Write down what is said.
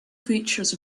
features